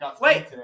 Wait